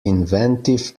inventive